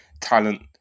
talent